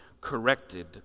corrected